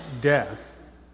death